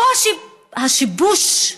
הוא השיבוש.